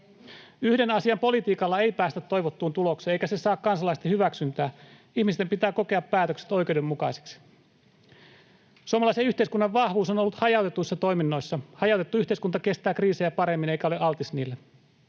Yhden asian politiikalla ei päästä toivottuun tulokseen, eikä se saa kansalaisten hyväksyntää. Ihmisten pitää kokea päätökset oikeudenmukaisiksi. Suomalaisen yhteiskunnan vahvuus on ollut hajautetuissa toiminnoissa. Hajautettu yhteiskunta kestää kriisejä paremmin eikä ole altis niille.